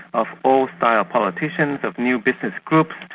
of old-style politicians, of new business groups,